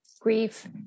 grief